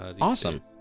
awesome